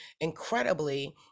incredibly